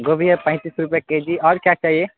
گوبھی ہے پینتیس روپئے کے جی اور کیا چاہیے